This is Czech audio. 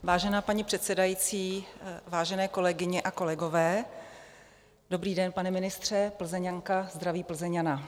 Vážená paní předsedající, vážené kolegyně a kolegové, dobrý den, pane ministře, Plzeňanka zdraví Plzeňana.